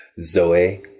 Zoe